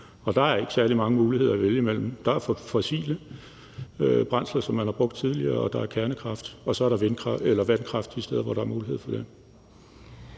og der er ikke særlig mange muligheder at vælge imellem. Der er fossile brændsler, som man har brugt tidligere, der er kernekraft, og så er der vandkraft de steder, hvor der er mulighed for det.